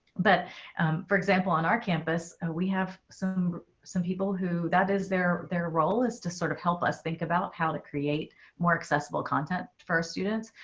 but for example, on our campus, we have some some people who that is there. their role is to sort of help us think about how to create more accessible content for our students.